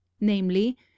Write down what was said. namely